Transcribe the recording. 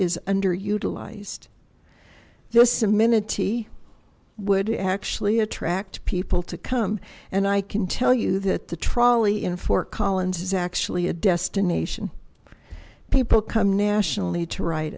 is under utilized those samina t would actually attract people to come and i can tell you that the trolley in fort collins is actually a destination people come nationally to write